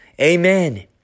Amen